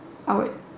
I would